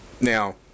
Now